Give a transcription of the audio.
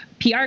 PR